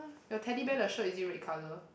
your Teddy Bear the shirt is it red colour